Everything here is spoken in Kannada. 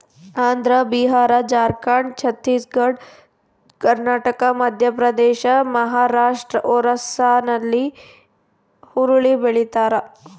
ಆಂಧ್ರ ಬಿಹಾರ ಜಾರ್ಖಂಡ್ ಛತ್ತೀಸ್ ಘಡ್ ಕರ್ನಾಟಕ ಮಧ್ಯಪ್ರದೇಶ ಮಹಾರಾಷ್ಟ್ ಒರಿಸ್ಸಾಲ್ಲಿ ಹುರುಳಿ ಬೆಳಿತಾರ